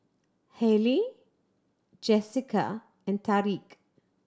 Halie Jesica and Tariq